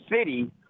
city